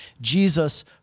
Jesus